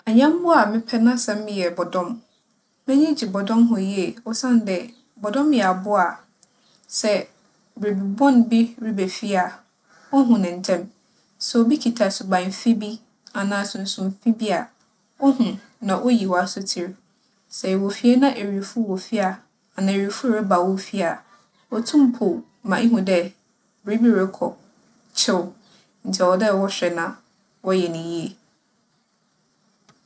Anyɛnbowa a mepɛ n'asɛm yɛ bͻdͻm. M'enyi gye bͻdͻm ho yie osiandɛ bͻdͻm yɛ abowa a sɛ biribi bͻn bi reba fie a, ohu no ntsɛm. Sɛ obi kitsa suban fi bi anaa sunsum fi bi a, ohu na oyi wo asotsir. Sɛ ewͻ fie na ewifo wͻ fie anaa ewifo reba wo fie a, wotum puow ma ihu dɛ biribi rokͻ kyew ntsi ͻwͻ dɛ wͻhwɛ na wͻyɛ no yie.